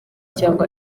cyangwa